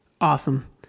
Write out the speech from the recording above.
Awesome